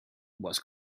was